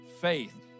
faith